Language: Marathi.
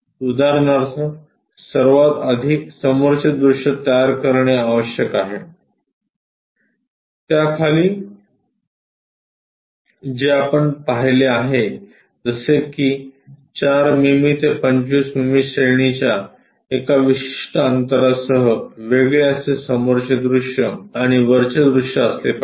उदाहरणार्थ सर्वात आधी समोरचे दृश्य तयार करणे आवश्यक आहे त्या खाली जे आपण पाहिले आहे जसे की 4 मिमी ते 25 मिमी श्रेणीच्या एका विशिष्ट अंतरासह वेगळे असे समोरचे दृश्य आणि वरचे दृश्य असले पाहिजे